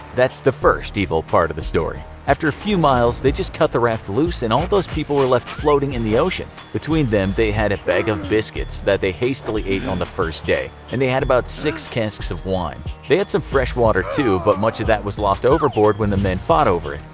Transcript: that's the first evil part of this story. after a few miles they just cut the raft loose and all those people were left floating in the ocean. between them they had a bag of biscuits that they hastily ate on the first day, and they had about six casks of wine. they had some fresh water, too, but much of that was lost overboard when the men fought over it.